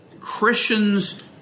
Christians